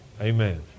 amen